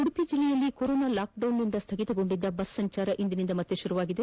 ಉಡುಪಿ ಜಿಲ್ಲೆಯಲ್ಲಿ ಕೊರೋನಾ ಲಾಕ್ಡೌನ್ನಿಂದಾಗಿ ಸ್ವಗಿತಗೊಂಡಿದ್ದ ಬಸ್ ಸಂಚಾರ ಇಂದಿನಿಂದ ಮತ್ತೆ ಆರಂಭವಾಗಿದೆ